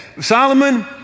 Solomon